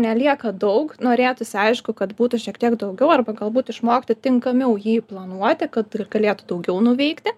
nelieka daug norėtųsi aišku kad būtų šiek tiek daugiau arba galbūt išmokti tinkamiau jį planuoti kad galėtų daugiau nuveikti